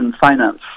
finance